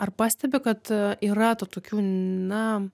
ar pastebi kad yra tų tokių na